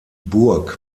burg